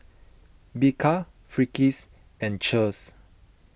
Bika Friskies and Cheers